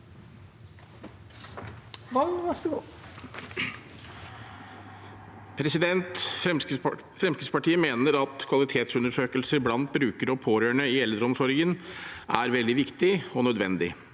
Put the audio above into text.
Fremskrittspartiet mener at kvalitetsundersøkelse blant brukere og pårørende i eldreomsorgen er veldig viktig og nødvendig.